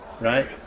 right